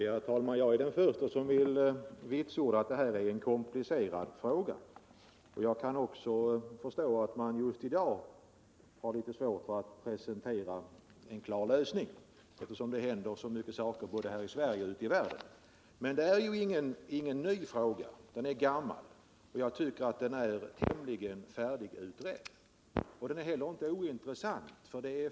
Herr talman! Jag är den förste som vill vitsorda att det här är en komplicerad fråga, och jag kan också förstå att man just i dag har litet svårt för att presentera en verklig lösning, eftersom det händer så mycket både i Sverige och ute i världen. Men det är ju ingen ny fråga utan en gammal fråga. Jag tycker att den är tämligen färdigutredd. Den är inte heller ointressant.